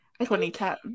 2010